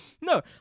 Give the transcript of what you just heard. No